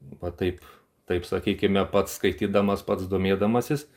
va taip taip sakykime pats skaitydamas pats domėdamasis